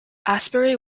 asbury